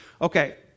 Okay